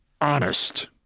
honest